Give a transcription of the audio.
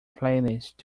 playlist